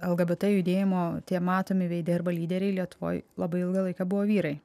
lgbt judėjimo tie matomi veidai arba lyderiai lietuvoj labai ilgą laiką buvo vyrai